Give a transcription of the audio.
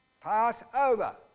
Passover